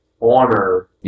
honor